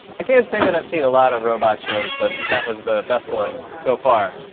i can't say that i've seen a lot of robot shows, but that was the best one so far.